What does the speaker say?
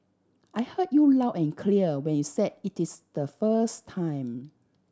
I heard you loud and clear when you said it is the first time